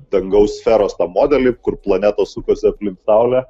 dangaus sferos tą modelį kur planetos sukasi aplink saulę